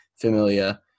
Familia